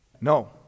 No